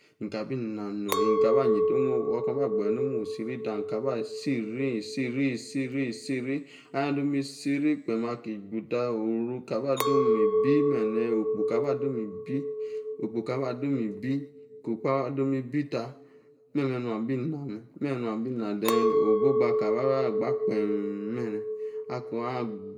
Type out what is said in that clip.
inkabi-nah-nohh inkaba nyeita omo’h. kuaba gbaje no’mo’h siri tah. inkaba siri-e-siri-e-siri e-siri ahia domi-siri kpeem aki-ju. tah. oru-kaba domi bi-benneh. okop-kaba domi be. okpo-kaba domi e-ibi. ko-okpo ado mi bi-tah. meh-meh nua bi nah meh meh-meh nuah bi nah then ogbogba kaba-ba-bah gbaah kpem menneh akua